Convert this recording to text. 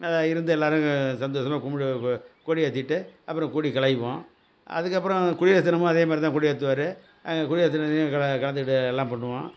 இருந்து எல்லாரும் சந்தோசமாக கும்பிடு கொடி ஏற்றிட்டு அப்பறம் கொடி கலைப்போம் அதுக்கு அப்புறம் குடியரசு தினமும் அதே மாதிரி தான் கொடி ஏத்துவார் குடியரசு தினத்துலயும் கலந்துக்கிட்டு எல்லாம் பண்ணுவோம்